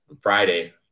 Friday